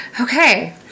okay